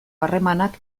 harremanak